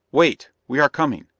wait! we are coming!